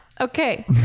Okay